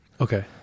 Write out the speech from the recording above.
Okay